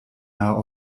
nahe